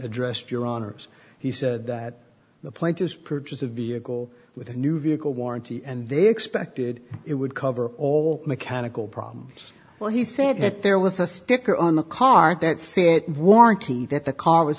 addressed your honour's he said that the plane just purchased a vehicle with a new vehicle warranty and they expected it would cover all mechanical problems well he said that there was a sticker on the current that set warranty that the car was